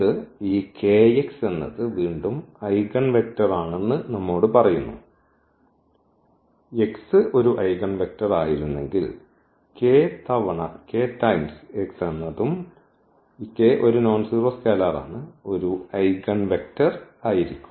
ഇത് ഈ വീണ്ടും ഐഗൻവെക്റ്റർ ആണെന്ന് നമ്മോട് പറയുന്നു x ഒരു ഐഗൻവെക്റ്റർ ആയിരുന്നെങ്കിൽ k തവണ x എന്നതും ഈ k ഒരു നോൺ സീറോ സ്കെലാർ ആണ് ഒരു ഐഗൻവെക്റ്റർ ആയിരിക്കും